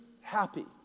happy